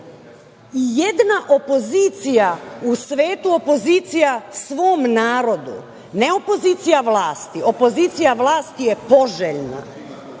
ijedna opozicija u svetu, opozicija svom narodu, ne opozicija vlasti, opozicija vlasti je poželjna,